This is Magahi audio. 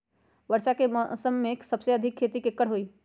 वर्षा के मौसम में सबसे अधिक खेती केकर होई?